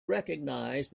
recognize